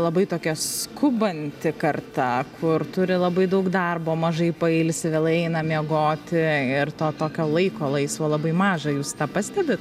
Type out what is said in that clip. labai tokia skubanti karta kur turi labai daug darbo mažai pailsi vėlai eina miegoti ir to tokio laiko laisvo labai maža jūs tą pastebit